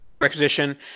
Requisition